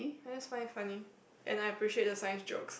I just find it funny and I appreciate the science jokes